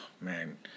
Man